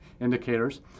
indicators